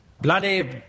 bloody